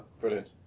Brilliant